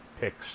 Picks